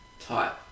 type